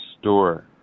store